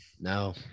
No